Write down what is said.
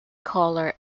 color